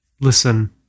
listen